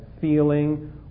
feeling